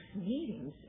meetings